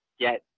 get